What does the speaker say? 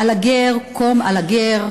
à la guerre comme à la guerre,